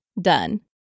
Done